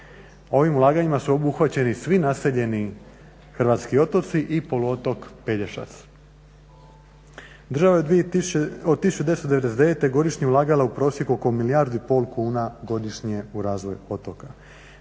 Ovim ulaganjima su obuhvaćeni svi naseljeni hrvatski otoci i poluotok Pelješac. Država je od 1999.godišnje ulagala u prosjeku oko milijardu i pol kuna godišnje u razvoj otoka.